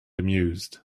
amused